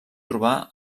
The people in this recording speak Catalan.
trobar